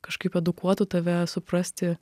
kažkaip edukuotų tave suprasti